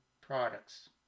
products